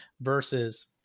versus